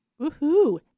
Woohoo